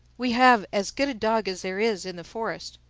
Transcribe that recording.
we have as good a dog as there is in the forest,